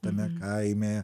tame kaime